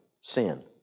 Sin